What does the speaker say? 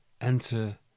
enter